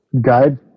guide